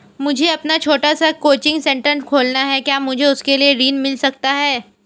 मुझे अपना छोटा सा कोचिंग सेंटर खोलना है क्या मुझे उसके लिए ऋण मिल सकता है?